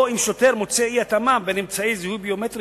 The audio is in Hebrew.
או אם שוטר מוצא אי-התאמה בין אמצעי זיהוי ביומטרי